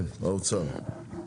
האוצר.